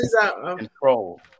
control